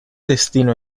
destino